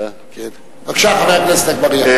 בבקשה, חבר הכנסת אגבאריה.